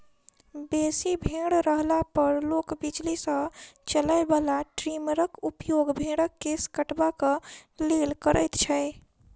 बेसी भेंड़ रहला पर लोक बिजली सॅ चलय बला ट्रीमरक उपयोग भेंड़क केश कटबाक लेल करैत छै